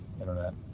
internet